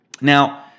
Now